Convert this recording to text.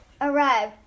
arrive